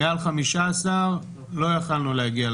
מעל ל-15 לא יכולנו להגיע.